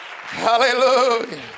Hallelujah